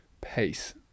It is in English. pace